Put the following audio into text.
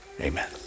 amen